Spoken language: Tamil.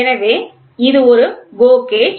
எனவே இது ஒரு GO கேஜ்